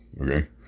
Okay